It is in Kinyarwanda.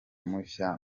mushya